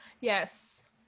Yes